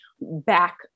back